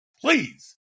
Please